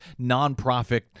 nonprofit